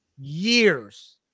Years